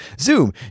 Zoom